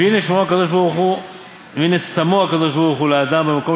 והנה שׂמו הקדוש-ברוך-הוא לאדם במקום